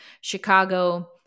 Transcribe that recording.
Chicago